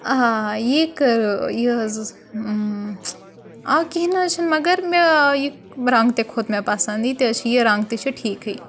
آ یہِ کٔر یہِ حظ آ کِہیٖنۍ نہٕ حظ چھُنہٕ مگر مےٚ یہِ رنٛگ تہِ کھوٚت مےٚ پَسنٛد یہِ تہِ حظ چھِ یہِ رنٛگ تہِ چھِ ٹھیٖکٕے